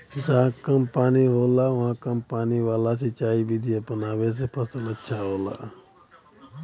जहां कम पानी होला उहाँ कम पानी वाला सिंचाई विधि अपनावे से फसल अच्छा होला